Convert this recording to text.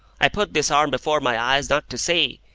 i put this arm before my eyes not to see,